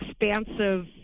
expansive